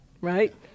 right